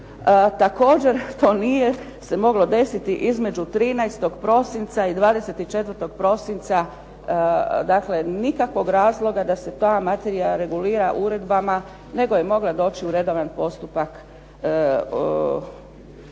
Također to nije se moglo desiti između 13. prosinca i 24. prosinca, dakle nikakvog razloga da se ta materija regulira uredbama nego je mogla doći u redovan postupak kao